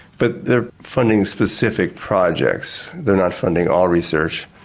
but they're funding specific projects, they're not funding all research.